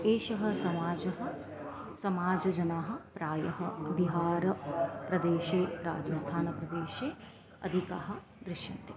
एषः समाजः समाजजनाः प्रायः बिहारप्रदेशे राजस्थानप्रदेशे अधिकाः दृश्यन्ते